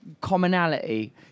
commonality